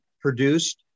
produced